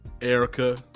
Erica